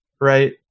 right